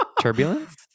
turbulence